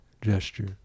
gesture